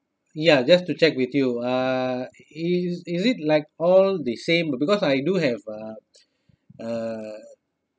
ya just to check with you uh is it like all the same but because I do have uh uh